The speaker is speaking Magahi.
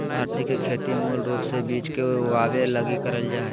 अरंडी के खेती मूल रूप से बिज के उगाबे लगी करल जा हइ